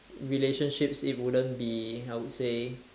relationships it wouldn't be I would say